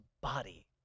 body